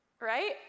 right